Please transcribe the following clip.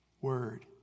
word